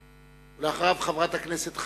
פיניאן.